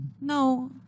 No